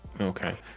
okay